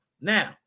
Now